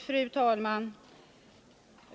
Fru talman!